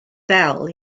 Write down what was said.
ddel